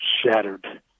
shattered